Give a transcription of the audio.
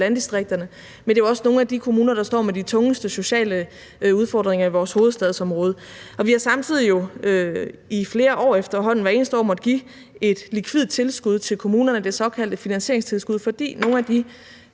landdistrikterne, men det er jo også nogle af de kommuner, der står med de tungeste sociale udfordringer i vores hovedstadsområde. Samtidig har vi jo i flere år efterhånden hvert eneste år måttet give et likvidt tilskud til kommunerne, det såkaldte finansieringstilskud, fordi nogle af de